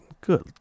good